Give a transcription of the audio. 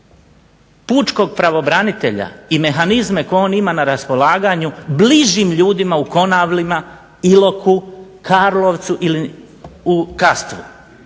pučkog pravobranitelja i mehanizme koje on ima na raspolaganju bližim ljudima u Konavlima, Iloku, Karlovcu ili u Kastvu.